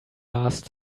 last